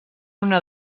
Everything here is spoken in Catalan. una